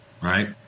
right